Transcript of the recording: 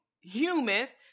humans